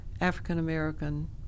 African-American